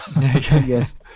Yes